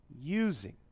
using